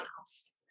else